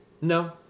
No